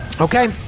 Okay